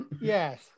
Yes